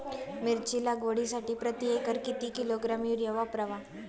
मिरची लागवडीसाठी प्रति एकर किती किलोग्रॅम युरिया वापरावा?